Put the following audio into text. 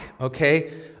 okay